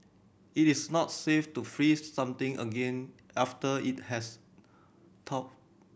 it is not safe to freeze something again after it has thawed